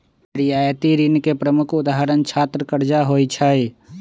रियायती ऋण के प्रमुख उदाहरण छात्र करजा होइ छइ